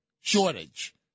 shortage